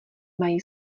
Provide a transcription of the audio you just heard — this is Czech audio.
mají